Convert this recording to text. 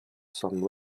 some